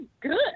good